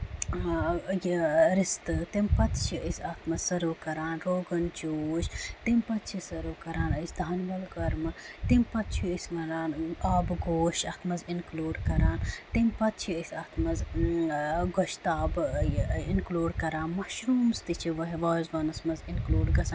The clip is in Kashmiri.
یہِ رِستہٕ تمہِ پَتہٕ چھِ أسۍ اَتھ منٛز سٔرٕو کران روگن جوش تَمہِ پَتہٕ چھِ سٔرٕو کران أسۍ اَتھ منٛز دانہِ ول کۄرمہٕ تمہِ پَتہٕ چھِ أسۍ رَنان اَتھ منٛز آبہٕ گوش اَتھ منٛز اِنکٔلوٗڈ کران تَمہِ پَتہٕ چِھِ أسۍ اَتھ منٛز گۄشتابہٕ اِنکٔلوٗڈ کران مَشروٗمٕز تہِ چھِ وازوانَس منٛز اِنکٔلوٗڈ گژھان